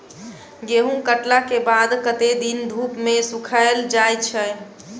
गहूम कटला केँ बाद कत्ते दिन धूप मे सूखैल जाय छै?